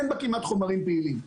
אין בה כמעט חומרים פעילים.